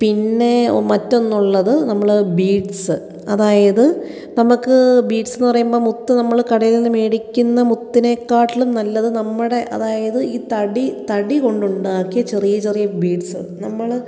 പിന്നെ മറ്റൊന്ന് ഉള്ളത് നമ്മൾ ബീഡ്സ് അതായത് നമുക്ക് ബീഡ്സ് എന്ന് പറയുമ്പോൾ മുത്ത് നമ്മൾ കടയില് നിന്ന് മേടിക്കുന്ന മുത്തിനെ കാട്ടിലും നല്ലത് നമ്മുടെ അതായത് ഈ തടി തടി കൊണ്ട് ഉണ്ടാക്കിയ ചെറിയ ചെറിയ ബീഡ്സ് നമ്മൾ